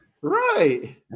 Right